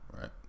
right